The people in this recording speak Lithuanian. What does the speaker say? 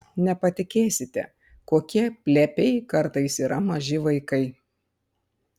nepatikėsite kokie plepiai kartais yra maži vaikai